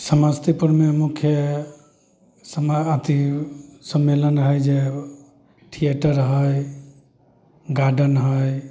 समस्तीपुरमे मुख्य समा अथी सम्मलेन हइ जे थिएटर हइ गार्डेन हइ